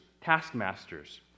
taskmasters